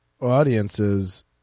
audiences